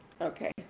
Okay